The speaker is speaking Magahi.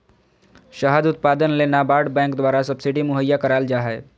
शहद उत्पादन ले नाबार्ड बैंक द्वारा सब्सिडी मुहैया कराल जा हय